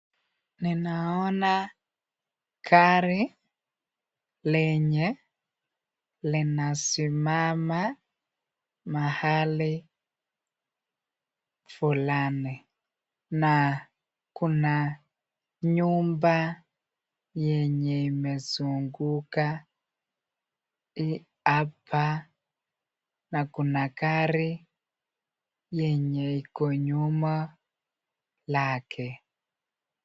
Ninaona gari lenye linasimama mahali fulani na kuna nyumba yenye imezunguka hapa na kuna gari yenye iko nyuma lake.